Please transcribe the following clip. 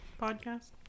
Podcast